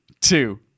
two